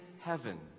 heaven